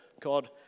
God